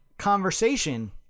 conversation